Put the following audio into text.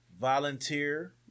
volunteer